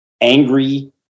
angry